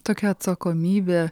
tokia atsakomybė